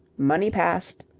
money passed.